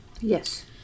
Yes